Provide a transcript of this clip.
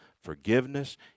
forgiveness